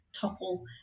topple